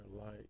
light